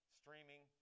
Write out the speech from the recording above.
streaming